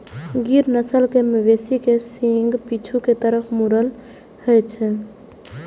गिर नस्ल के मवेशी के सींग पीछू के तरफ मुड़ल होइ छै